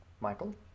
Michael